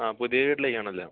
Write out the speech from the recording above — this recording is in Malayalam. ആ പുതിയ വീട്ടിലേക്കാണല്ലോ